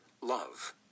Love